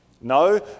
No